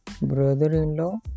brother-in-law